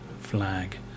flag